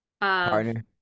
Partner